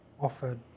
offered